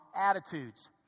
attitudes